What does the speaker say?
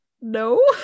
no